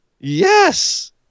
yes